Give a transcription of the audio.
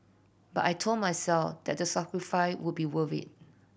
but I told myself that the sacrifice would be worth it